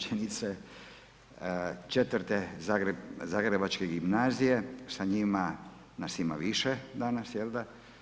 Zagrebačke gimnazije, sa njima nas ima više danas jel' da?